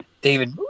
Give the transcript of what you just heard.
David